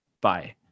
bye